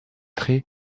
très